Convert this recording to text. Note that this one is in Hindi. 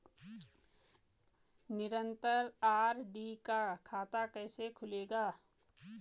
निरन्तर आर.डी का खाता कैसे खुलेगा?